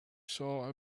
saw